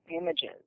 images